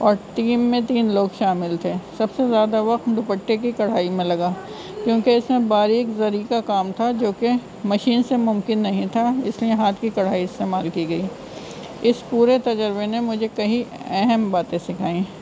اور تین میں تین لوگ شامل تھے سب سے زیادہ وقت دوپٹے کی کڑھائی میں لگا کیونکہ اس میں باریک زری کا کام تھا جو کہ مشین سے ممکن نہیں تھا اس لیے ہاتھ کی کڑھائی استعمال کی گئی اس پورے تجربے نے مجھے کئی اہم باتیں سکھائیں